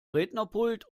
rednerpult